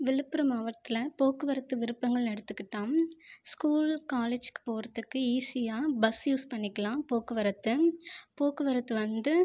விழுப்புரம் மாவட்டத்தில் போக்குவரத்து விருப்பங்கள்ன்னு எடுத்துகிட்டால் ஸ்கூல் காலேஜ்க்கு போகிறதுக்கு ஈஸியாக பஸ் யூஸ் பண்ணிக்கலாம் போக்குவரத்து போக்குவரத்து வந்து